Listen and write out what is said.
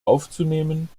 aufzunehmen